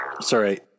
Sorry